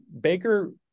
Baker